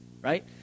right